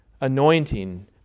anointing